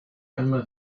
einmal